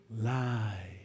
lie